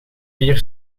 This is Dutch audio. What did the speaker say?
vier